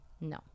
No